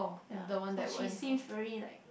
ya cause she seems very like